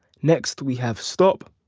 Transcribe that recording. next we have stop,